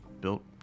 built